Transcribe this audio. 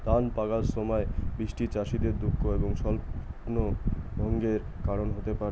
ধান পাকার সময় বৃষ্টি চাষীদের দুঃখ এবং স্বপ্নভঙ্গের কারণ হতে পারে